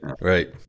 Right